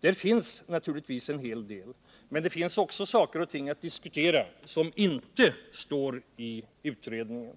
Där finns naturligtvis en hel del, men det finns också saker och ting att diskutera som inte står i utredningen.